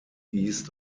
east